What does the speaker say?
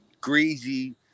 greasy